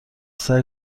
سعی